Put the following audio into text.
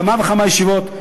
כמה וכמה ישיבות,